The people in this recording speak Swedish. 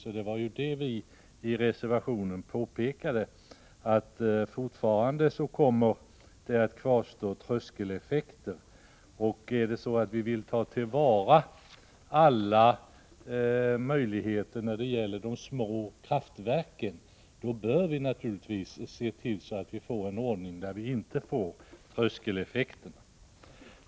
Och det vi påpekade i reservationen var ju att det fortfarande kommer att kvarstå tröskeleffekter. Om man vill ta till vara alla möjligheter när det gäller de små kraftverken bör man naturligtvis se till att få en ordning som inte ger tröskeleffekter.